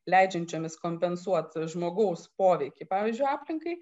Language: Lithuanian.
leidžiančiomis kompensuot žmogaus poveikį pavyzdžiui aplinkai